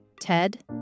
Ted